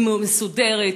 היא מסודרת,